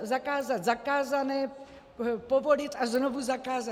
Zakázat zakázané, povolit a znovu zakázat.